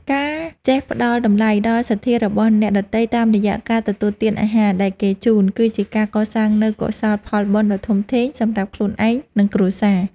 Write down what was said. ការចេះផ្តល់តម្លៃដល់សទ្ធារបស់អ្នកដទៃតាមរយៈការទទួលទានអាហារដែលគេជូន គឺជាការកសាងនូវកុសលផលបុណ្យដ៏ធំធេងសម្រាប់ខ្លួនឯង និងគ្រួសារ។